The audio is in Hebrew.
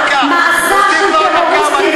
ממך, עוד דקה.